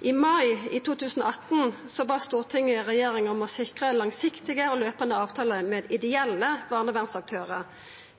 I mai 2018 bad Stortinget regjeringa om å sikra langsiktige og løpande avtalar med ideelle barnevernsaktørar.